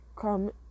come